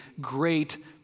great